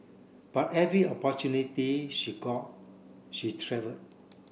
but every opportunity she got she travelled